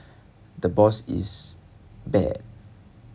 the boss is bad